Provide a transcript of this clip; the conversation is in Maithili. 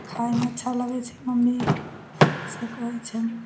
खाइमे अच्छा लगै छै मम्मी से कहै छलै